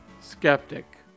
skeptic